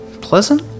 pleasant